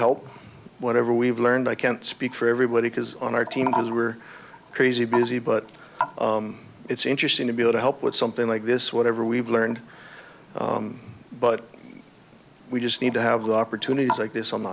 help whatever we've learned i can't speak for everybody because on our team because we're crazy busy but it's interesting to be able to help with something like this whatever we've learned but we just need to have the opportunities like this on the